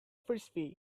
frisbee